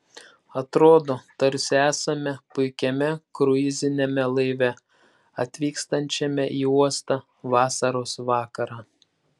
atrodo tarsi esame puikiame kruiziniame laive atvykstančiame į uostą vasaros vakarą